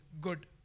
good